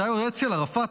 שהיה יועץ של ערפאת,